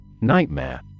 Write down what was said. Nightmare